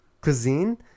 cuisine